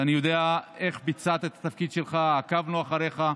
ואני יודע איך ביצעת את התפקיד שלך, עקבנו אחריך.